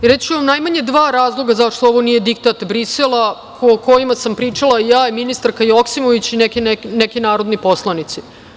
Reći ću vam, najmanje dva razloga zašto ovo nije diktat Brisela, o kojima sam pričala ja i ministarka Joksimović i neki narodni poslanici.